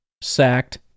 sacked